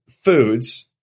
foods